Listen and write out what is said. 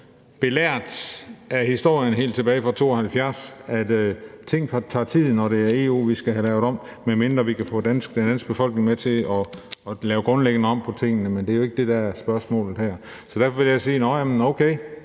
belært af historien helt tilbage fra 1972 om, at ting tager tid, når det er EU, vi skal have lavet om, medmindre vi kan få den danske befolkning med på at lave grundlæggende om på tingene. Men det er jo ikke det, der er spørgsmålet her. Derfor vil jeg sige: Nå ja,